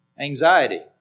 Anxiety